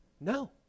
No